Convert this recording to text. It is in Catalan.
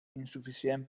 insuficient